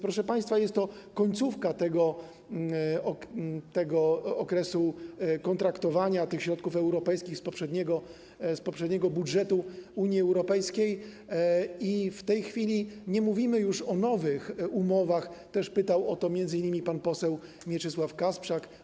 Proszę państwa, to jest końcówka tego okresu kontraktowania środków europejskich z poprzedniego budżetu Unii Europejskiej i w tej chwili nie mówimy już o nowych umowach - też pytał o to m.in. pan poseł Mieczysław Kasprzak.